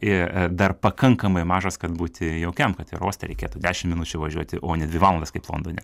ir e dar pakankamai mažas kad būti jaukiam kad oro uoste reikėtų dešim minučių važiuoti o ne dvi valandas kaip londone